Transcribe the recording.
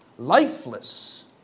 lifeless